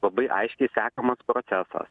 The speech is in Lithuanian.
labai aiškiai sekamas procesas